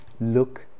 look